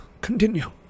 Continue